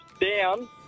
down